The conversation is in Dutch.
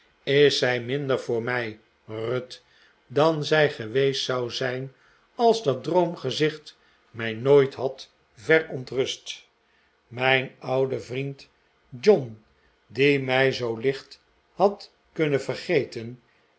is zij minder voor mij ruth dan zij geweest zou zijn als dat droomgezicht mij nooit had verontrust mijn oude vriend john die mij zoo licht had kunnen vergeten